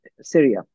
Syria